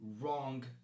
wrong